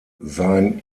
sein